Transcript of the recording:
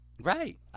Right